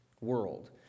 world